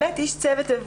הצוות?